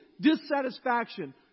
dissatisfaction